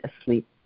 asleep